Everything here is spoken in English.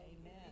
Amen